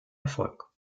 erfolg